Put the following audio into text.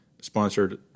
sponsored